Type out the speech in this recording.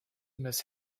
miss